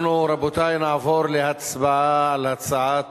אנחנו, רבותי, נעבור להצבעה על הצעת